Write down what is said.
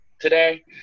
Today